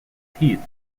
heath